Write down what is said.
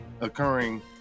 occurring